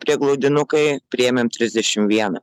prieglaudinukai priėmėm trisdešim vieną